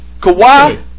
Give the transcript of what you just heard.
Kawhi